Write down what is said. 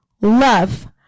love